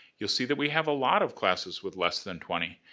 you'll see that we have a lot of classes with less than twenty.